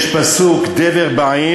יש פסוק: דֶבר בעיר,